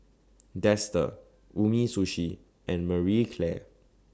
Dester Umisushi and Marie Claire